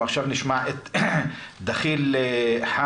אנחנו עכשיו נשמע את דחיל חאמד,